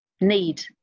need